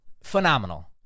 Phenomenal